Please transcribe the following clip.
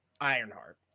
Ironheart